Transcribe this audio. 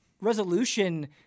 resolution